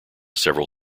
several